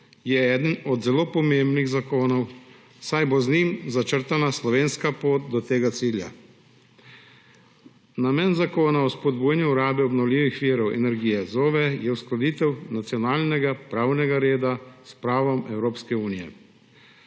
je eden od zelo pomembnih zakonov, saj bo z njim začrtana slovenska pot do tega cilja. Namen zakona o spodbujanju rabe obnovljivih virov energije, OVE, je uskladitev nacionalnega pravnega reda s pravom Evropske unije.